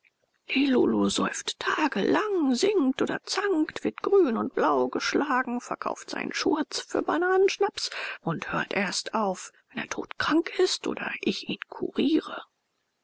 lilulu säuft tagelang singt oder zankt wird grün und blau geschlagen verkauft seinen schurz für bananenschnaps und hört erst auf wenn er todkrank ist oder ich ihn kuriere